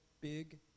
big